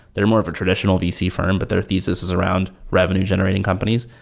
they're more of a traditional vc firm, but their thesis is around revenue-generating companies.